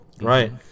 Right